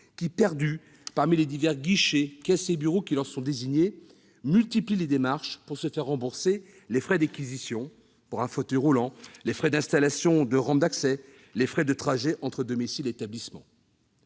qui, perdues entre les divers guichets, caisses et bureaux qui leur sont désignés, multiplient les démarches pour se faire rembourser les frais d'acquisition d'un fauteuil roulant, les frais d'installation de rampes d'accès, les frais de trajet entre domicile et établissement